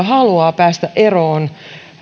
haluaa päästä eroon